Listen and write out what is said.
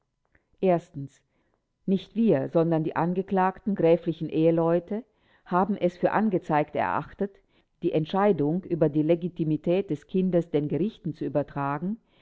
nicht wir sondern die angeklagten gräflichen eheleute haben es für angezeigt erachtet die entscheidung über die legitimität des kindes den gerichten zu übertragen